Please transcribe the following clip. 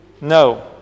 no